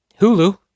Hulu